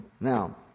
Now